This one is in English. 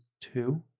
two